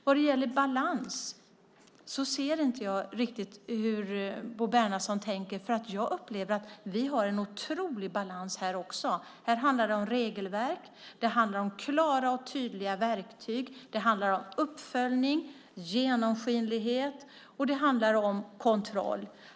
Vad gäller balans förstår jag inte riktigt hur Bo Bernhardsson tänker. Jag upplever nämligen att vi även här har en oerhört god balans. Det handlar om regelverk, klara och tydliga verktyg, uppföljning, genomskinlighet och kontroll.